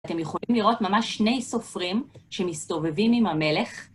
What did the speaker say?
אתם יכולים לראות ממש שני סופרים שמסתובבים עם המלך.